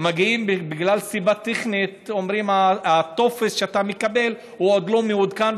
ובגלל סיבה טכנית אומרים להם: הטופס שאתה מקבל עוד לא מעודכן,